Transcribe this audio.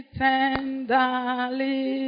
tenderly